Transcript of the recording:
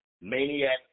Maniac